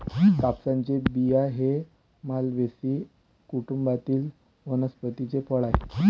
कापसाचे बिया हे मालवेसी कुटुंबातील वनस्पतीचे फळ आहे